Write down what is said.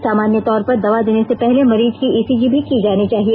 सामान्य तौर पर दवा देने से पहले मरीज की ई सी जी की जानी चाहिए